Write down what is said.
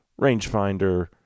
rangefinder